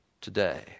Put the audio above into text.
today